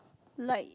like